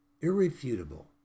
irrefutable